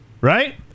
Right